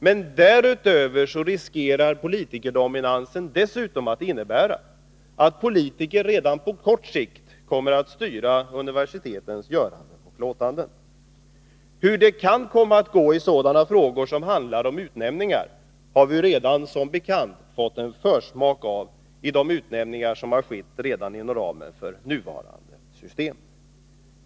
Men därutöver finns det en risk för att politikerdominansen innebär att politikerna redan på kort sikt praktiskt kommer att styra universitetens göranden och låtanden. Hur det kan komma att gå till i sådana frågor som handlar om utnämningar har vi som bekant fått en försmak av i de utnämningar som har skett redan inom ramen för nuvarande system.